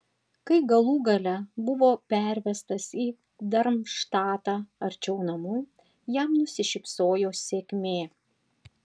kai galų gale buvo pervestas į darmštatą arčiau namų jam nusišypsojo sėkmė